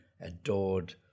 adored